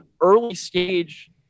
Early-stage